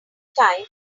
time